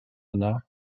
yna